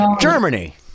Germany